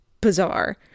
bizarre